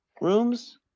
rooms